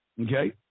okay